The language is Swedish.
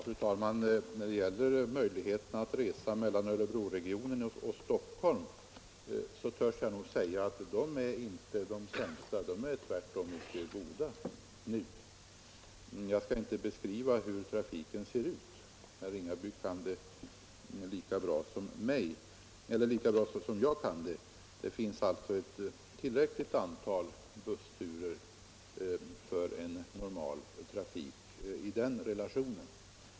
Fru talman! Jag törs nog säga att möjligheterna att resa mellan Örebroregionen och Stockholm är mycket goda nu. Jag skall inte beskriva hur trafiken ser ut. Herr Ringaby kan det lika bra som jag. Det finns alltså ett tillräckligt antal bussturer för en normal trafik i den relationen.